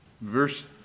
Verse